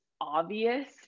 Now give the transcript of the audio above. obvious